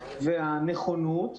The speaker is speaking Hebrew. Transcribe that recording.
הנכונות,